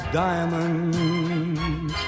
diamonds